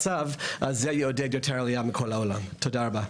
תודה רבה.